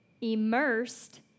immersed